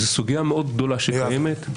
וזה סוגיה מאוד גדולה שקיימת,